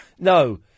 No